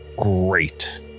great